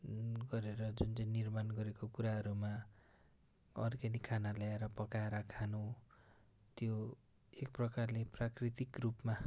गरेर जुन चाहिँ निर्माण गरेको कुराहरूमा अर्ग्यानिक खाना ल्याएर पकाएर खानु त्यो एक प्रकारले प्राकृतिक रूपमा